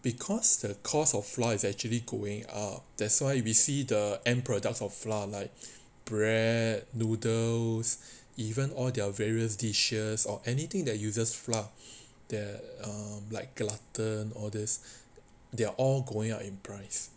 because the cost of flour is actually going up that's why we see the end products of flour like bread noodles even all their various dishes or anything that uses flour there are like ah glutton all this they're all going up in price